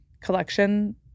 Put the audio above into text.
collection